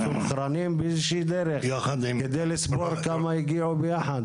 מסונכרנים באיזושהי דרך כדי לספור כמה הגיעו ביחד?